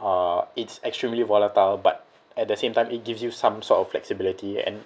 uh it's extremely volatile but at the same time it gives you some sort of flexibility and